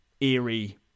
eerie